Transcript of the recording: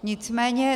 Nicméně...